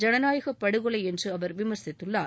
ஜனநாயகப் படுகொலை என்று அவர் விமர்சித்துள்ளார்